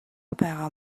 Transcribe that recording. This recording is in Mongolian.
байгаа